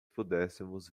pudéssemos